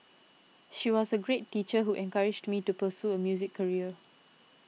she was a great teacher who encouraged me to pursue a music career